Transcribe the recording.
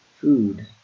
food